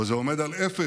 אבל זה עומד על אפס,